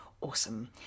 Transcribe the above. awesome